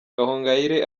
gahongayire